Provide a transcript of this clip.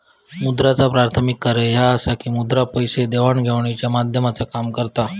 मुद्राचा प्राथमिक कार्य ह्या असा की मुद्रा पैसे देवाण घेवाणीच्या माध्यमाचा काम करता